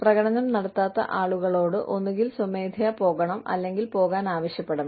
പ്രകടനം നടത്താത്ത ആളുകളോട് ഒന്നുകിൽ സ്വമേധയാ പോകണം അല്ലെങ്കിൽ പോകാൻ ആവശ്യപ്പെടണം